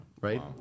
right